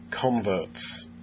converts